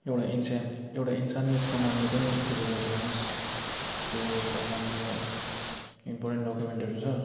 एउटा इन्सान एउटा इन्सानियतको नामले पनि त्यति गरिदिनु होस् त्यो फोनमा मेरो इम्पोर्टेन्ट डकुमेन्टहरू छ